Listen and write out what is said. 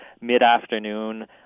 mid-afternoon